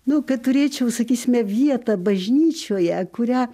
nu kad turėčiau sakysime vietą bažnyčioje kurią